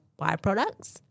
byproducts